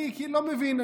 אני לא מבין,